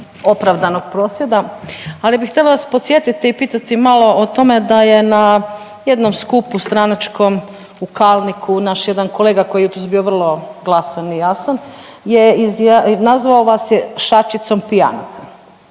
opravdanog prosvjeda, ali bih htjela vas podsjetiti i pitati malo o tome da je na jednom skupu stranačkom u Kalniku naš jedan kolega koji je jutro bio vrlo glasan i jasan je izjavio, nazvao vas je šačicom pijanaca.